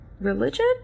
religion